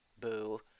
boo